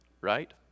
right